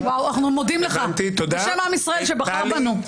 אנחנו מודים לך בשם עם ישראל שבחר בנו.